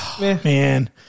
man